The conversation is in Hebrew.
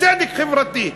צדק חברתי.